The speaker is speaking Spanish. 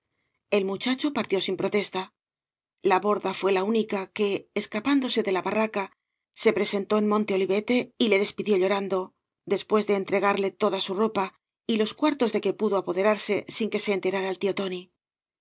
el muchacho partió sin protesta la borda fué la única que escapándose de la barraca se presentó en monte olívete y le despidió llorando después de entregarle toda su ropa y los cuartos de que pudo apoderarse sin que se enterara el tío tóai